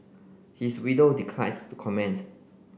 his widow declines to comment